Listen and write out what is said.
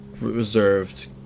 reserved